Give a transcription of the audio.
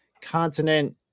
continent